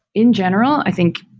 in general i think,